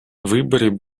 выборы